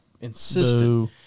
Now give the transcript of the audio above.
insisted